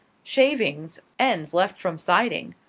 shavings, ends left from siding.